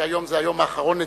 שהיום זה היום האחרון לתפקידו,